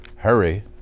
Hurry